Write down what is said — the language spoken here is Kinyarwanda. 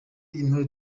intore